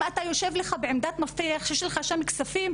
אם אתה יושב לך בעמדת מפתח שיש לך שם כספים,